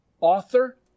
author